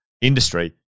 industry